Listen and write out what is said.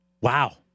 Wow